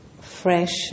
fresh